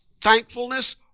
Thankfulness